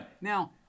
Now